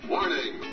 Warning